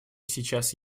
сейчас